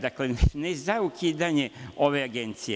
Dakle, ne za ukidanje ove Agencije.